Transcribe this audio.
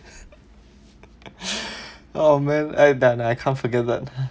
oh man I've done I can't forget that